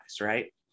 right